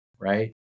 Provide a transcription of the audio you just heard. right